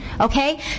Okay